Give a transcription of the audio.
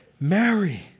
Mary